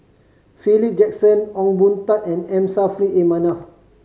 Philip Jackson Ong Boon Tat and M Saffri A Manaf